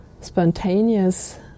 spontaneous